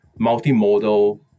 multimodal